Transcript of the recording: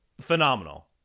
Phenomenal